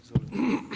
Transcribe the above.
Izvolite!